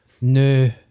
No